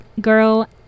girl